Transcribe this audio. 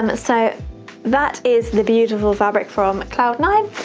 um so that is the beautiful fabric from cloud nine.